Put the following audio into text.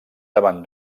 davant